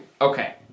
Okay